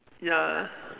ya